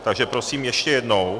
Takže prosím ještě jednou.